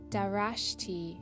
Darashti